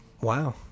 Wow